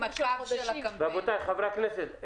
רבותיי חברי הכנסת,